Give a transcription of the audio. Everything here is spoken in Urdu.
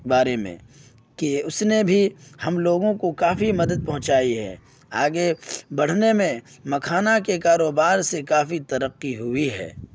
بارے میں کہ اس نے بھی ہم لوگوں کو کافی مدد پہنچائی ہے آگے بڑھنے میں مکھانا کے کاروبار سے کافی ترقی ہوئی ہے